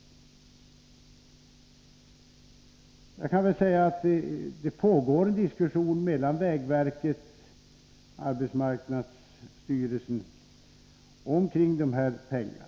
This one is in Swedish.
Vidare kan jag säga att det pågår en diskussion mellan vägverket och arbetsmarknadsstyrelsen om dessa pengar.